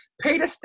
Peter